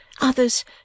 others